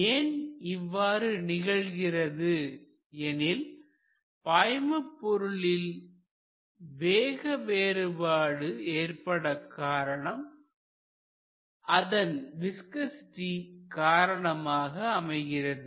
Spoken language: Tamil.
ஏன் இவ்வாறு நிகழ்கிறது எனில் பாய்மபொருளில் வேக வேறுபாடு ஏற்பட அதன் விஸ்கசிட்டி காரணமாக அமைகிறது